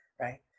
right